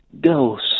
ghost